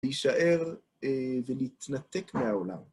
להישאר ולהתנתק מהעולם.